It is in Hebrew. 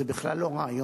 זה בכלל לא רע.